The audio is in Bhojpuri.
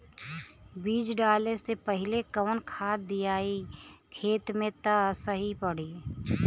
बीज डाले से पहिले कवन खाद्य दियायी खेत में त सही पड़ी?